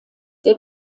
der